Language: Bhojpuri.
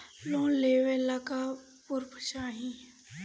लोन लेवे ला का पुर्फ चाही?